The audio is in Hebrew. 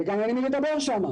וגם אין עם מי לדבר שם.